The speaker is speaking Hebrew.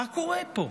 מה קורה פה?